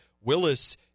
Willis